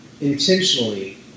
intentionally